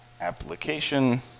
Application